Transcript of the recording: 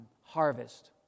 harvest